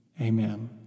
amen